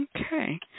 Okay